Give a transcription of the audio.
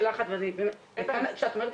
שמעתי